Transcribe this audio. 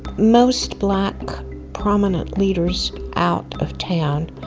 most black prominent leaders out of town.